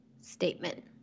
Statement